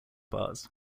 bars